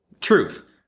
Truth